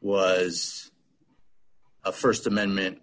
was a st amendment